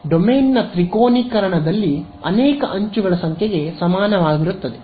ಡೊಮೇನ್ನ ತ್ರಿಕೋನೀಕರಣದಲ್ಲಿ ಅನೇಕ ಅಂಚುಗಳ ಸಂಖ್ಯೆಗೆ ಸಮನಾಗಿರುತ್ತದೆ